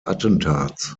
attentats